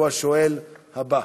יש גם כאלה היום.